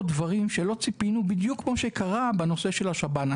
דברים שלא ציפינו בדיוק כפי שקרה בנושא של השב"ן.